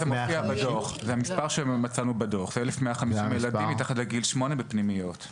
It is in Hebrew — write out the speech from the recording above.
זה המספר שמצאנו בדוח 1,150 ילדים מתחת לגיל שמונה בפנימיות.